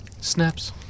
Snaps